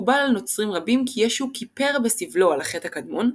מקובל על נוצרים רבים כי ישו כיפר בסבלו על החטא הקדמון,